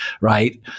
right